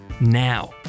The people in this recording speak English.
now